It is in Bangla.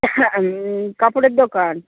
হ্যাঁ কাপড়ের দোকান